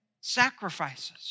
sacrifices